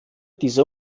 diese